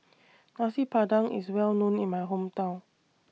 Nasi Padang IS Well known in My Hometown